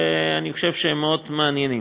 שאני חושב שהם מאוד מעניינים.